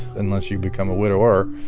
unless you become a widower.